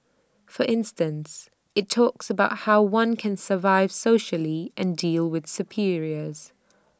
for instance IT talks about how one can survive socially and deal with superiors